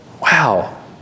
Wow